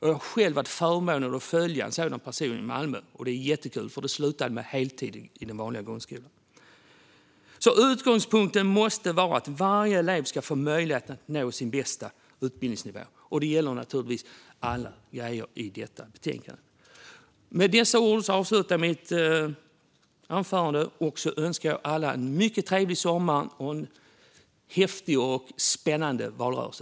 Jag har själv haft förmånen att följa en sådan person i Malmö. Det var jättekul, för det slutade med heltid i den vanliga grundskolan. Utgångspunkten måste vara att varje elev ska få möjlighet att nå sin bästa utbildningsnivå. Det gäller naturligtvis allt i detta betänkande. Jag önskar alla en mycket trevlig sommar och en häftig och spännande valrörelse.